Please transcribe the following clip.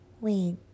wait